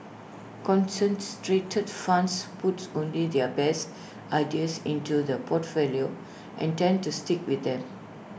concentrated funds puts only their best ideas into the portfolio and tend to stick with them